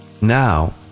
Now